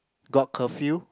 got curfew